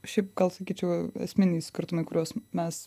šiaip gal sakyčiau esminiai skirtumai kuriuos mes